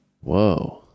Whoa